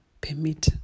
permit